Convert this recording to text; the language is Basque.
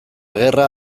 gerra